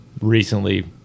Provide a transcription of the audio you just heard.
Recently